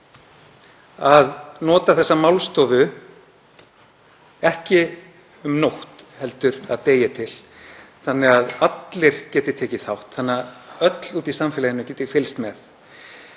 því að nota þessa málstofu ekki um nótt heldur að degi til þannig að öll geti tekið þátt, þannig að öll úti í samfélaginu geti fylgst með.